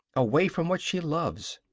away from what she loves.